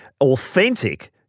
authentic